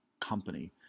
company